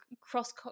cross